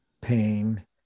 pain